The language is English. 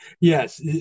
Yes